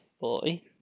boy